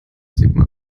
sigmar